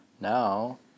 Now